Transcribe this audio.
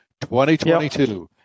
2022